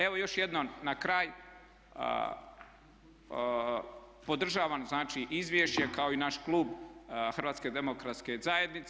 Evo još jednom na kraju podržavam znači izvješće kao i naš klub HDZ-a.